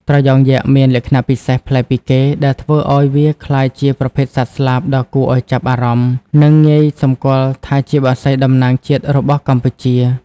ត្រយងយក្ស មានលក្ខណៈពិសេសប្លែកពីគេ ដែលធ្វើឲ្យវាក្លាយជាប្រភេទសត្វស្លាបដ៏គួរឲ្យចាប់អារម្មណ៍ និងងាយសម្គាល់ថាជាបក្សីតំណាំងជាតិរបស់កម្ពុជា។